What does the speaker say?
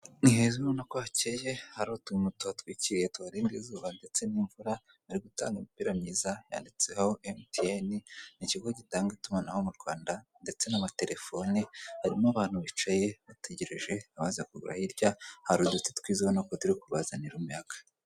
Ni heza ubona ko hakeye hari utuntu tuhatwikiriye tubarinda izuba ndetse n'imvura bari gutanga imipira myiza yanditseho emutiyeni, ni ikigo gitanga itumanaho mu Rwanda ndetse n'amatelefoni harimo abantu bicaye bategereje abaza kugura, hirya hari uduti twiza ubona ko turi kubabazanira umuyaga.